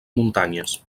muntanyes